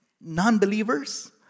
non-believers